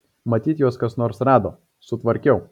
matyt juos kas nors rado sukvarkiau